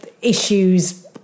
issues